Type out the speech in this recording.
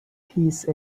peace